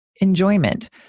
enjoyment